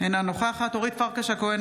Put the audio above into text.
אינה נוכחת אורית פרקש הכהן,